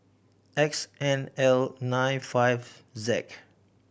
X N L nine five Z